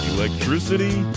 electricity